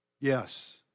Yes